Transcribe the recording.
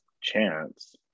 chance